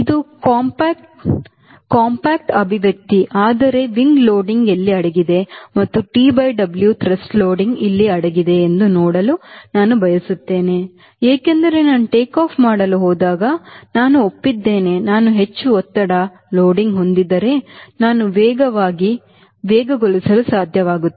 ಇದು ಕಾಂಪ್ಯಾಕ್ಟ್ ಅಭಿವ್ಯಕ್ತಿ ಆದರೆ ರೆಕ್ಕೆ ಲೋಡಿಂಗ್ ಎಲ್ಲಿ ಅಡಗಿದೆ ಮತ್ತು TW ಥ್ರಸ್ಟ್ ಲೋಡಿಂಗ್ ಇಲ್ಲಿ ಅಡಗಿದೆ ಎಂದು ನೋಡಲು ನಾನು ಬಯಸುತ್ತೇನೆ ಏಕೆಂದರೆ ನಾನು ಟೇಕ್ ಆಫ್ ಮಾಡಲು ಹೋದಾಗ ನಾವು ಒಪ್ಪಿದ್ದೇವೆ ನಾನು ಹೆಚ್ಚು ಒತ್ತಡ ಲೋಡಿಂಗ್ ಹೊಂದಿದ್ದರೆ ನಾನು ವೇಗವಾಗಿ ವೇಗವಾಗಿ ವೇಗಗೊಳಿಸಲು ಸಾಧ್ಯವಾಗುತ್ತದೆ